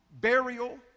burial